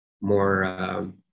more